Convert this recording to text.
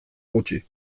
gutxi